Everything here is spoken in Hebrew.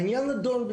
ברירה?